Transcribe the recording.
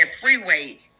freeway